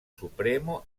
supremo